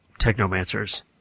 Technomancers